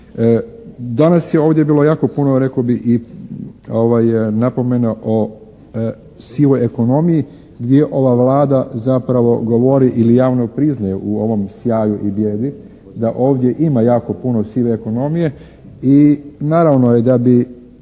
Danas je ovdje bilo jako puno rekao bih i napomena o sivoj ekonomiji gdje je ova Vlada zapravo govori ili javno priznaju u ovom sjaju i bijedi, da ovdje ima jako sive ekonomije. I naravno je da bi